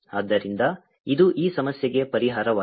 ಆದ್ದರಿಂದ ಇದು ಈ ಸಮಸ್ಯೆಗೆ ಪರಿಹಾರವಾಗಿದೆ